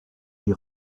die